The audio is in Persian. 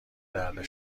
درد